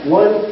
one